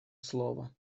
слово